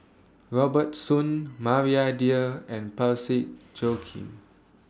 Robert Soon Maria Dyer and Parsick Joaquim